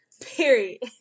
Period